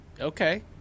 Okay